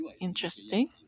interesting